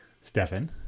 Stefan